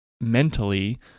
mentally